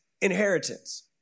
inheritance